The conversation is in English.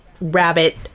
rabbit